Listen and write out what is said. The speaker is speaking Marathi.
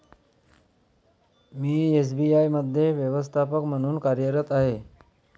मी एस.बी.आय मध्ये व्यवस्थापक म्हणून कार्यरत आहे